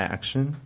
Action